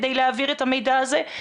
כדי להעביר את המידע הזה?